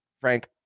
Frank